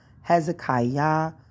Hezekiah